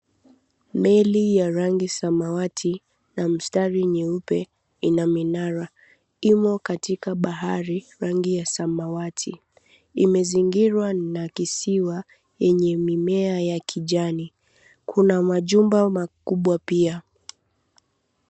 Meli ya rangi samawati na mstari nyeupe ina minara, imo katika bahari rangi ya samawati. Imezingirwa na kisiwa yenye mimea ya kijani. Kuna majumba makubwa pia.